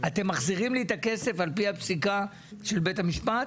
אתם מחזירים לי את הכסף על פי הפסיקה של בית המשפט?